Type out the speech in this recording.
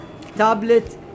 tablet